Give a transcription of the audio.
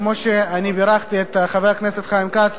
כמו שבירכתי את חבר הכנסת חיים כץ,